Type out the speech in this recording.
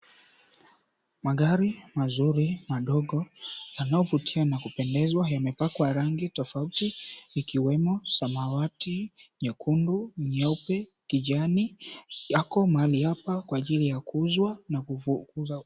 Magari mazuri madogo yanayovutia na kupendeza yamepakwa rangi tofauti ikiwemo samawati, nyekundu, nyeupe, kijani yapo mahali hapa kwa ajili ya kuuzwa na kuuzwa.